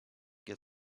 get